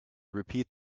repeat